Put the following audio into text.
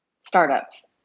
startups